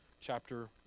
chapter